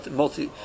multi